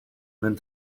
meant